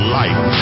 life